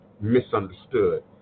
misunderstood